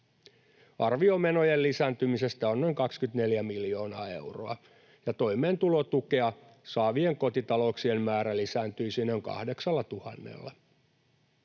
Arvio menojen lisääntymisestä on noin 24 miljoonaa euroa, ja toimeentulotukea saavien kotitalouksien määrä lisääntyisi noin 8 000:lla.